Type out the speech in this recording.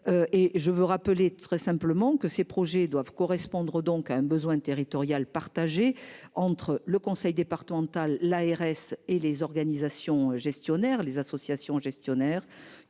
je veux rappeler très simplement que ces projets doivent correspondre donc à un besoin territoriale partagé entre le conseil départemental l'ARS et les organisations gestionnaires,